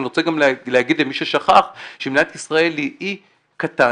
ואני רוצה להגיד למי ששכח שמדינת ישראל היא אי קטן,